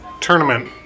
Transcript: tournament